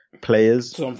players